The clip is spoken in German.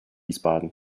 wiesbaden